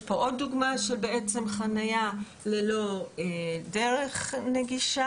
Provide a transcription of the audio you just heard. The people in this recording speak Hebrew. יש פה עוד דוגמה של חניה ללא דרך נגישה.